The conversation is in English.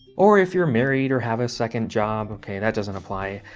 or if you're married or have a second job, okay that doesn't apply.